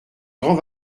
grands